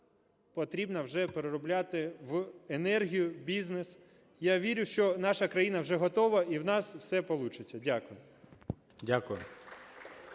потрібно вже переробляти в енергію, бізнес. Я вірю, що наша країна вже готова, і в нас все получиться. Дякую.